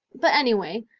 but anyway,